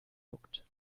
juckt